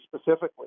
specifically